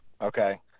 Okay